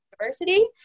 University